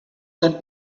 than